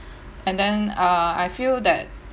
and then uh I feel that